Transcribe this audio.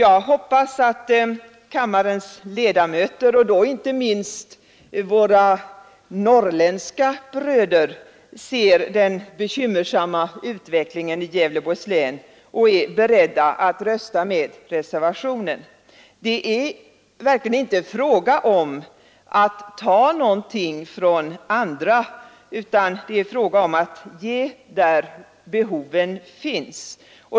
Jag hoppas att kammarens ledamöter, och då inte minst våra norrländska bröder, ser den bekymmersamma utvecklingen i Gävleborgs län och är beredda att rösta med reservationen. Det är verkligen inte fråga om att ta någonting från andra utan det är fråga om att ge där behoven finns.